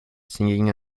singing